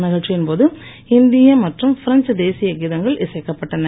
நிகழ்ச்சியின் போது இந்திய மற்றும் பிரெஞ்ச் தேசிய கிதங்கள் இசைக்கப்பட்டன